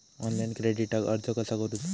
Online क्रेडिटाक अर्ज कसा करुचा?